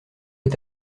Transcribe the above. est